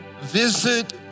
visit